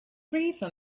breathe